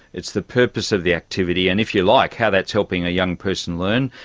it's the purpose of the activity and, if you like, how that is helping a young person learn,